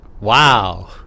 Wow